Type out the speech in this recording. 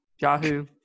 Yahoo